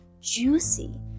juicy